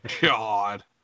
God